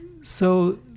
So-